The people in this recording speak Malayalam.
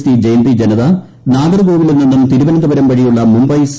റ്റി ജയന്തി ജനത നാഗർകോവിലിൽ നിന്ന് തിരുവനന്തപുരം വഴിയുള്ള മുംബൈ സി